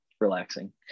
relaxing